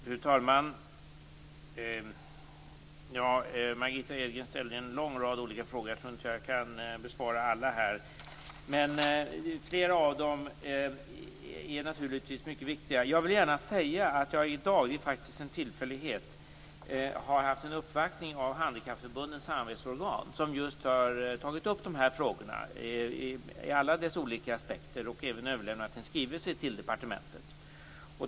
Fru talman! Margitta Edgren ställde en lång rad olika frågor. Jag tror inte att jag kan besvara alla. Flera av dem är naturligtvis mycket viktiga. Jag vill gärna säga att jag i dag, faktiskt av en tillfällighet, har haft en uppvaktning av Handikappförbundens samarbetsorgan, som just har tagit upp de här frågorna i alla olika aspekter och även överlämnat en skrivelse till departementet.